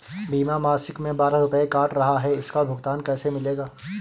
बीमा मासिक में बारह रुपय काट रहा है इसका भुगतान कैसे मिलेगा?